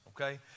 okay